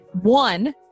One